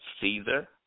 Caesar